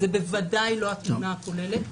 זו בוודאי לא התמונה הכוללת.